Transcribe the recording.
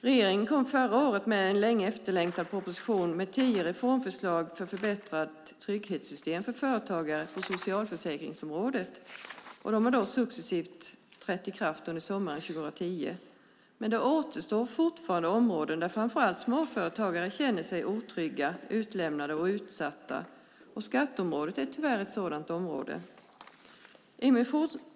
Regeringen kom förra året med en länge efterlängtad proposition med tio reformförslag för ett förbättrat trygghetssystem för företagare på socialförsäkringsområdet. De har successivt trätt i kraft under sommaren 2010, men det återstår fortfarande områden där framför allt småföretagare känner sig otrygga, utlämnade och utsatta. Skatteområdet är tyvärr ett sådant område.